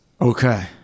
Okay